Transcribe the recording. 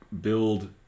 build